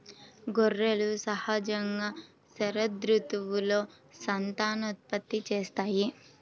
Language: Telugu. గొర్రెలు సహజంగా శరదృతువులో సంతానోత్పత్తి చేస్తాయి